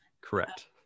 Correct